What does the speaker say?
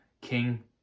king